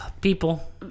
people